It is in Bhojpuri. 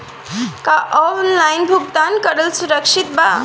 का ऑनलाइन भुगतान करल सुरक्षित बा?